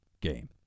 game